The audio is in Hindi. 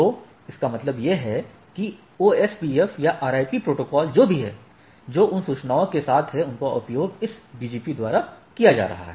तो इसका मतलब यह है कि OSPF या RIP प्रोटोकॉल जो भी हैं जो उन सूचनाओं के साथ हैं उनका उपयोग इस BGP द्वारा किया जा रहा है